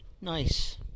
Nice